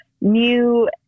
new